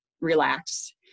relax